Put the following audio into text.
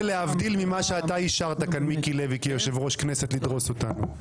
זה להבדיל ממה שאתה אישרת כאן מיקי לוי כיושב ראש כנסת לדרוס אותנו.